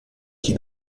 qui